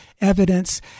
evidence